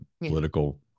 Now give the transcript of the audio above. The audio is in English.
political